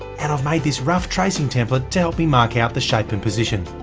and i've made this rough tracing template to help me mark out the shape and position.